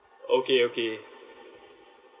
okay okay